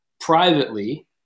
privately